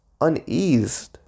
uneased